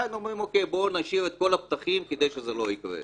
עדיין אומרים בואו נשאיר את כל הפתחים כדי שזה לא יקרה,